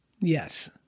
Yes